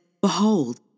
Behold